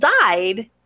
died